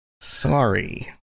Sorry